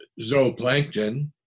zooplankton